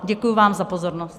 Děkuji vám za pozornost.